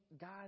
god